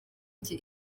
njye